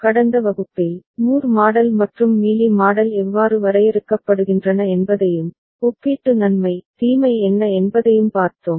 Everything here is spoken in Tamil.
கடந்த வகுப்பில் மூர் மாடல் மற்றும் மீலி மாடல் எவ்வாறு வரையறுக்கப்படுகின்றன என்பதையும் ஒப்பீட்டு நன்மை தீமை என்ன என்பதையும் பார்த்தோம்